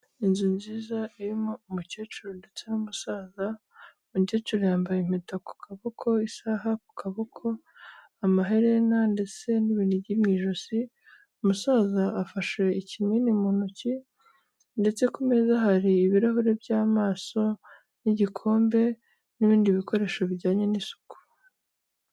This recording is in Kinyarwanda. Inzu nziza irimo umukecuru ndetse n'umusaza, umukecuru yambaye impeta ku kaboko, isaha ku kaboko, amaherena ndetse n'ibinigi mu ijosi, umusaza afashe ikinini mu ntoki ndetse ku meza hari ibirahuri by'amaso n'igikombe, n'ibindi bikoresho bijyanye n'isuku.